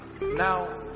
Now